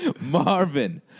Marvin